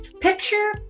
Picture